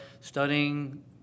studying